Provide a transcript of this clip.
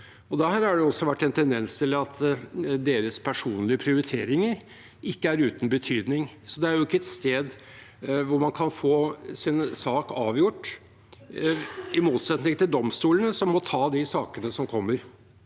Der har det også vært en tendens til at deres personlige prioriteringer ikke er uten betydning. Det er altså ikke et sted hvor man kan få sin sak avgjort, i motsetning til domstolene, som må ta de sakene som kommer.